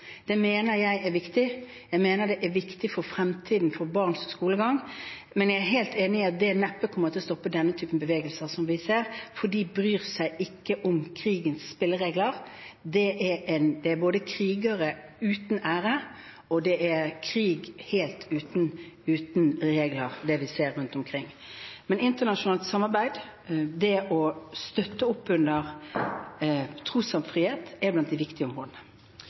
Det mener jeg er viktig, jeg mener det er viktig for fremtiden for barns skolegang. Men jeg er helt enig i at det neppe kommer til å stoppe denne typen bevegelser som vi ser, for de bryr seg ikke om krigens spilleregler. Det er krigere uten ære, og det er krig helt uten regler, det vi ser rundt omkring. Men internasjonalt samarbeid, det å støtte opp under trosfrihet, er blant de viktigste områdene.